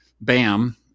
Bam